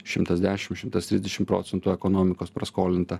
šimtas dešim šimtas trisdešim procentų ekonomikos praskolinta